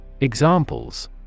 Examples